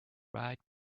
right